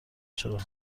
چرا